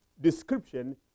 description